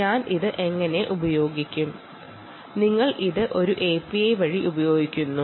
API വഴി ഇത് എങ്ങനെ ചെയ്യാം എന്ന് നോക്കാം